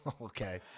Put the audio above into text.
Okay